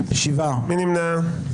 מי נמנע?